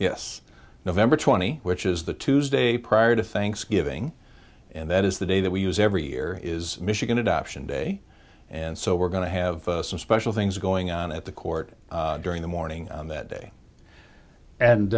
yes november twenty which is the tuesday prior to thanksgiving and that is the day that we use every year is michigan adoption day and so we're going to have some special things going on at the court during the morning on that day and